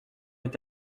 est